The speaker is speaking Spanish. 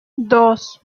dos